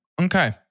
Okay